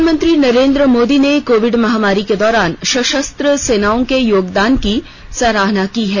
प्रधानमंत्री नरेन्द्र मोदी ने कोविड महामारी के दौरान सशस्त्र सेनाओं के योगदान की सराहना की है